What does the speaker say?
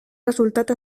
resultat